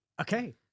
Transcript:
Okay